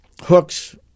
hooks